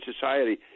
Society